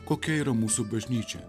kokia yra mūsų bažnyčia